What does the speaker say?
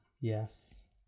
Yes